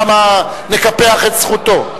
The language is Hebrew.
למה נקפח את זכותו?